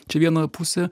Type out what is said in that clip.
čia viena pusė